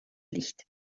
licht